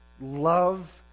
love